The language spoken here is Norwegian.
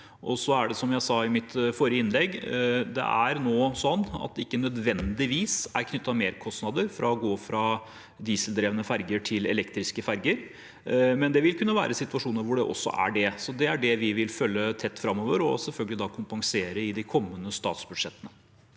til grunn. Som jeg sa i mitt forrige innlegg, er det ikke nødvendigvis knyttet merkostnader til det å gå fra dieseldrevne ferjer til elektriske ferjer, men det vil kunne være situasjoner hvor det også er det. Det vil vi følge tett framover og selvfølgelig kompensere i de kommende statsbudsjettene.